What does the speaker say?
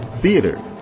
theater